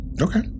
Okay